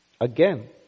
Again